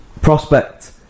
prospect